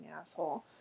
asshole